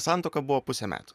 santuoka buvo pusę metų